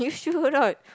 sure or not